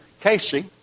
Casey